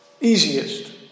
Easiest